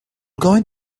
going